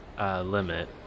limit